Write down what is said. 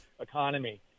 economy